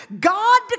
God